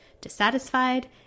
dissatisfied